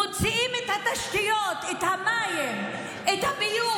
מוציאים את התשתיות, את המים, את הביוב,